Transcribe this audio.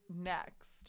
Next